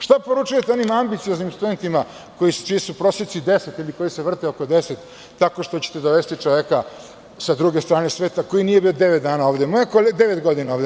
Šta poručujete onim ambicioznim studentima čiji su proseci 10, ili koji se vrte oko 10, tako što ćete dovesti čoveka sa druge strane sveta koji nije bio devet godina ovde?